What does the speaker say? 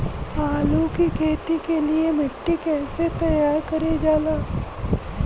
आलू की खेती के लिए मिट्टी कैसे तैयार करें जाला?